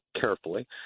carefully